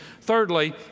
Thirdly